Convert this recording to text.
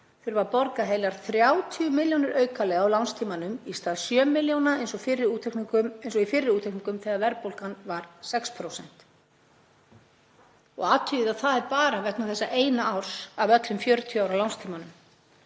þurfa að borga heilar 30 milljónir aukalega á lánstímanum í stað 7 milljóna eins og í fyrri útreikningum þegar verðbólgan var 6%. Og athugið að það er bara vegna þessa eina árs af öllum 40 ára lánstímanum